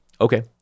okay